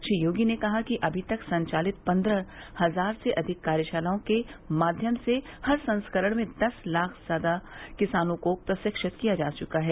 श्री योगी ने कहा कि अभी तक संचालित पन्द्रह हजार से अधिक कार्यशालाओं के माध्यम से हर संस्करण में दस लाख से ज्यादा किसानों को प्रशिक्षित किया जा चुका है